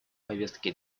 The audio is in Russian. повестке